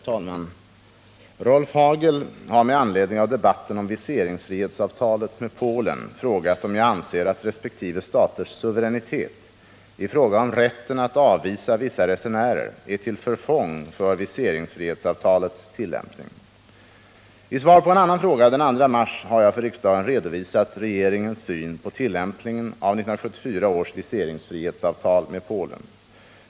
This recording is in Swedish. Herr talman! Rolf Hagel har med anledning av debatten om viseringsfrihetsavtalet med Polen frågat om jag anser att resp. staters suveränitet i fråga om rätten att avvisa vissa resenärer är till förfång för viseringsfrihetsavtalets tillämpning. I svar på en annan fråga den 2 mars har jag för riksdagen redovisat regeringens syn på tillämpningen av 1974 års viseringsfrihetsavtal med Polen.